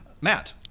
Matt